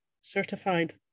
certified